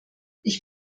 ich